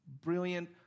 brilliant